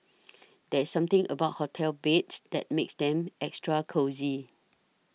there's something about hotel beds that makes them extra cosy